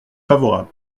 favorable